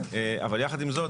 אבל יחד עם זאת,